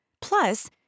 Plus